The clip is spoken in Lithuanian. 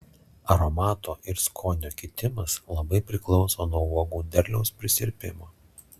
aromato ir skonio kitimas labai priklauso nuo uogų derliaus prisirpimo